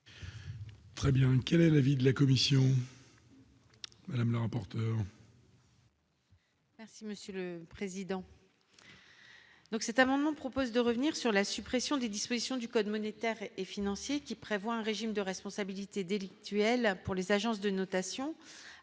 Très bien quel est l'avis de la commission. Madame l'emporte. Merci monsieur le président, donc, cet amendement propose de revenir sur la suppression des dispositions du code monétaire et financier qui prévoit un régime de responsabilité délictuelle pour les agences de notation